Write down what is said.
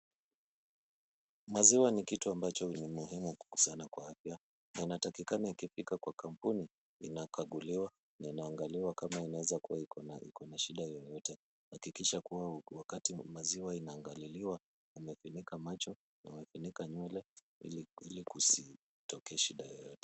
Maziwa ni kitu ambacho ni muhimu sana kwa afya na inatakikana ikifika kwa kampuni, inakaguliwa na inaangaliwa kama inaweza kuwa iko na shida yeyote. Hakikisha kuwa wakati maziwa inaangaliliwa, umefunika macho na umefunika nywele ili kusitokee shida yoyote.